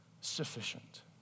sufficient